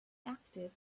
active